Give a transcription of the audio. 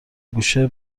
گوشه